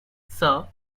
sir